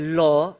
law